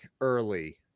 early